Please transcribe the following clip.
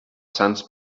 sants